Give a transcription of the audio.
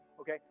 okay